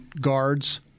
guards